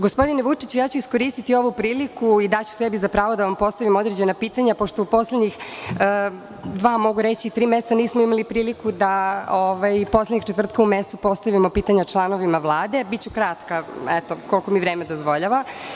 Gospodine Vučiću, iskoristiću ovu priliku i daću sebi za pravo da vam postavim određena pitanja, pošto u poslednjih dva-tri meseca nismo imali priliku da poslednjeg četvrtka u mesecu postavimo pitanja članovima Vlade, ali biću kratka, koliko mi vreme dozvoljava.